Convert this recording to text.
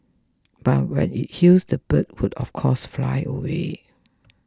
but when it heals the bird would of course fly away